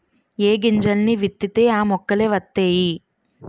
ఏ గింజల్ని విత్తితే ఆ మొక్కలే వతైయి